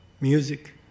music